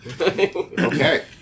Okay